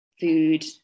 food